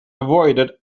avoided